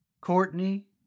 Courtney